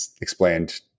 explained